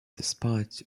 despite